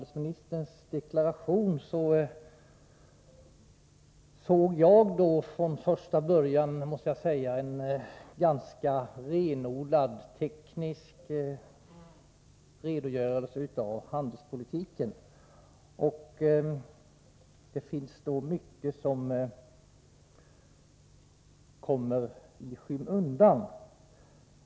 Jag insåg från första början att utrikeshandelsministerns deklaration var en ganska renodlad teknisk redogörelse av handelspolitiken och mycket kommer i skymundan.